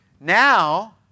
now